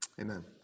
Amen